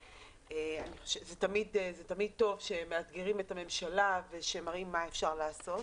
זה תמיד טוב שמאתגרים את הממשלה ומראים מה אפשר לעשות.